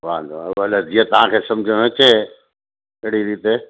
वांदो न भले जीअं तव्हांखे समुझ में अचे तहिड़ी रीते